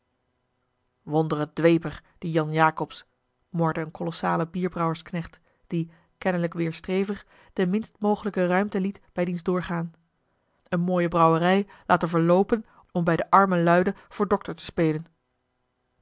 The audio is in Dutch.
wondere dweper die jan jacobsz morde een kolossale bierbrouwersknecht die kennelijk weêrstrevig de minst mogelijke ruimte liet bij diens doorgaan eene mooie brouwerij laten verloopen om bij de arme luiden voor dokter te spelen